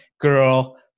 girl